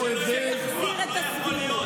יש שר משפטים אחריך,